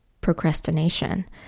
procrastination